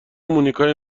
مونیکای